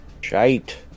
Shite